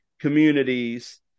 communities